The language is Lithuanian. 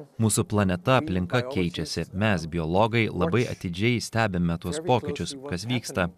mūsų planeta aplinka keičiasi mes biologai labai atidžiai stebime tuos pokyčius kas vyksta